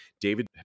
David